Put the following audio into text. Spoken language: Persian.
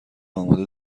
آماده